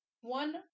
One